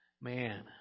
Man